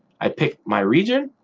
i picked my region